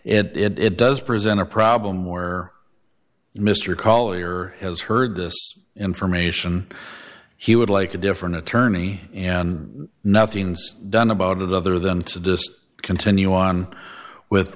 it does present a problem where mr collyer has heard this information he would like a different attorney and nothing's done about it other than to discuss continue on with